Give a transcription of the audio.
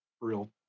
real